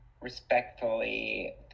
respectfully